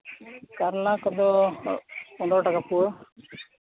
ᱠᱟᱨᱞᱟ ᱠᱚᱫᱚ ᱯᱚᱱᱨᱚ ᱴᱟᱠᱟ ᱯᱩᱣᱟᱹ